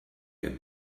get